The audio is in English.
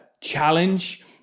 challenge